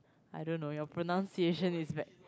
I don't know your pronunciation is bad